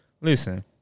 listen